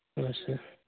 ᱟᱪᱪᱷᱟ